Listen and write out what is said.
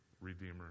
Redeemer